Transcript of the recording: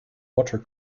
water